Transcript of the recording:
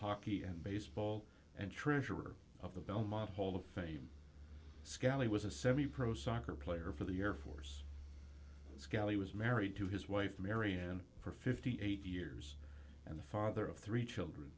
baseball and treasurer of the belmont hall of fame scally was a semi pro soccer player for the air force scally was married to his wife mary ann for fifty eight years and the father of three children